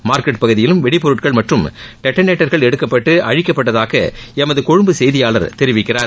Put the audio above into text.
market பகுதியிலும் வெடி பொருட்கள் மற்றும் டெட்டளேட்டர்கள் எடுக்கப்பட்டு அழிக்கப்பட்டதாக எமது கொழும்பு செய்தியாளர் தெரிவிக்கிறார்